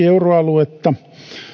euroaluetta